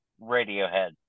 radiohead